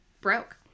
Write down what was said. broke